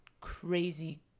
crazy